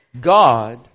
God